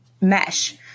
mesh